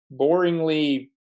boringly